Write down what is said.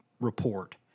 report